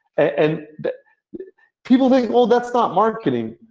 and people think, well, that's not marketing.